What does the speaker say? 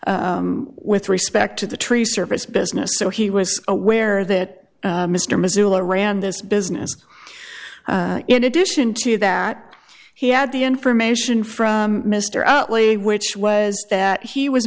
with respect to the tree service business so he was aware that mr missoula ran this business in addition to that he had the information from mr outlay which was that he was